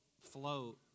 float